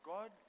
God